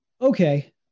Okay